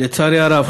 לצערי הרב,